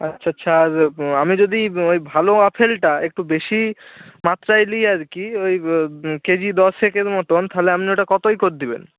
আচ্ছা আচ্ছা আর আমি যদি ওই ভালো আপেলটা একটু বেশি মাত্রায় নিই আর কি ওই কেজি দশেকের মতন তাহলে আপনি ওটা কতয় কদ্দিবেন